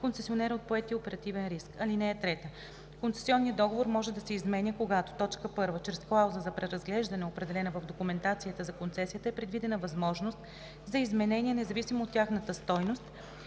концесионера от поетия оперативен риск. (3) Концесионният договор може да се изменя, когато: 1. чрез клауза за преразглеждане, определена в документацията за концесията, е предвидена възможност за изменения, независимо от тяхната стойност,